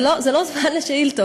זה לא זמן לשאילתות,